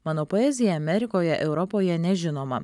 mano poezija amerikoje europoje nežinoma